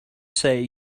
say